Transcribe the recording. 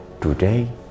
today